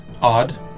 odd